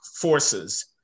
forces